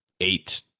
eight